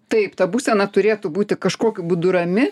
taip ta būsena turėtų būti kažkokiu būdu rami